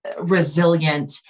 resilient